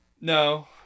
No